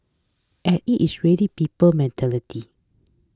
and it is really people's mentality